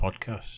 podcast